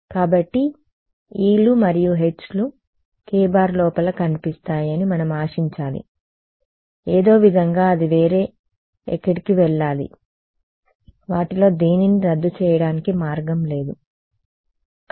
కాబట్టి e లు మరియు h లు k లోపల కనిపిస్తాయి అని మనం ఆశించాలి ఏదో ఒకవిధంగా అది వేరే ఎక్కడికి వెళ్లాలి వాటిలో దేనినీ రద్దు చేయడానికి మార్గం లేదు సరే